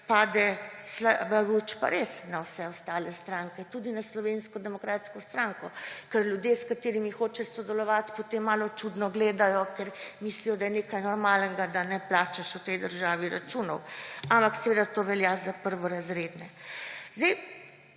pade slaba luč pa res na vse ostale stranke, tudi na Slovensko demokratsko stranko, ker ljudje, s katerimi hoče sodelovati, potem malo čudno gledajo, ker mislijo, da je nekaj normalnega, da ne plačaš v tej državi računov. Ampak seveda to velja za prvorazredne.